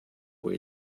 way